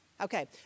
Okay